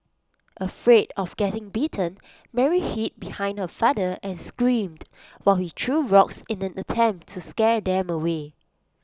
afraid of getting bitten Mary hid behind her father and screamed while he threw rocks in an attempt to scare them away